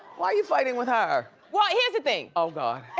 why are you fighting with her? well here's the thing. oh god.